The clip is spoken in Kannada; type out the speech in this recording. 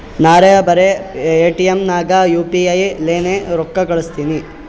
ನಾರೇ ಬರೆ ಪೇಟಿಎಂ ನಾಗ್ ಯು ಪಿ ಐ ಲೇನೆ ರೊಕ್ಕಾ ಕಳುಸ್ತನಿ